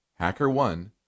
HackerOne